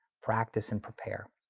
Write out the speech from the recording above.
practice and prepare.